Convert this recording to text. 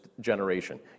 generation